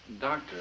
Doctor